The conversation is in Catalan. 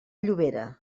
llobera